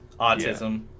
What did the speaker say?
Autism